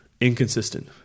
inconsistent